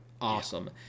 Awesome